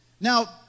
Now